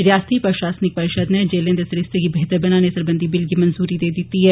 रिआसती प्रशासनिक परिषद नै जेलें दे सरिस्ते गी बेह्तर बनाने सरबंधी बिल गी मंजूरी देई दित्ती ऐ